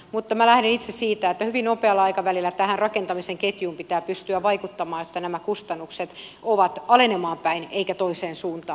mutta minä lähden itse siitä että hyvin nopealla aikavälillä tähän rakentamisen ketjuun pitää pystyä vaikuttamaan niin että nämä kustannukset ovat alenemaan päin eikä toiseen suuntaan